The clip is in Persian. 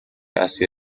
اصلی